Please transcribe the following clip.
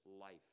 life